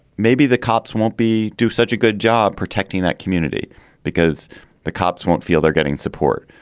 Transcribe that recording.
maybe the cops won't be do such a good job protecting that community because the cops won't feel they're getting support.